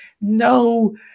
no